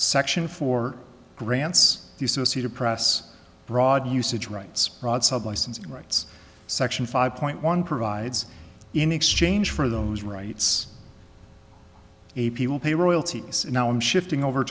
section four grants the associated press broad usage rights and rights section five point one provides in exchange for those rights a people pay royalties and now i'm shifting over